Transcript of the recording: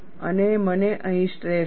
અને મને અહીં સ્ટ્રેસ છે